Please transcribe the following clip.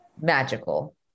magical